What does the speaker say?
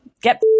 get